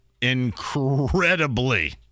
incredibly